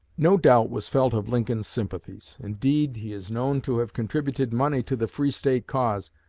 no doubt was felt of lincoln's sympathies indeed, he is known to have contributed money to the free-state cause.